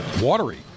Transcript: watery